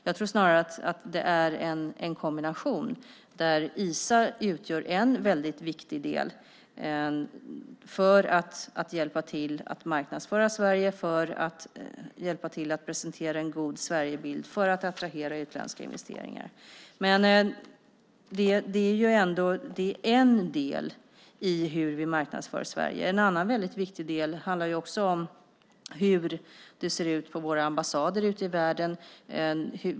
Jag tror snarare att det är en kombination där Isa utgör en väldigt viktig del för att hjälpa till att marknadsföra Sverige och för att hjälpa till att presentera en god Sverigebild, för att attrahera utländska investerare. Men det är en del i hur vi marknadsför Sverige. En annan väldigt viktig del handlar om hur det ser ut på våra ambassader ute i världen.